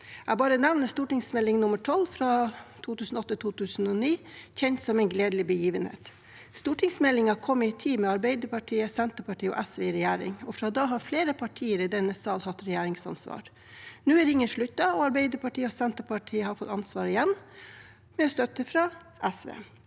Jeg nevner St.meld. nr. 12 for 2008–2009, kjent som En gledelig begivenhet. Stortingsmeldingen kom i en tid med Arbeiderpartiet, Senterpartiet og SV i regjering, og fra da har flere partier i denne sal hatt regjeringsansvar. Nå er ringen sluttet, og Arbeiderpartiet og Senterpartiet har fått ansvar igjen, med støtte fra SV.